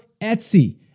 Etsy